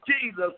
Jesus